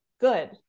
good